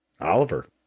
Oliver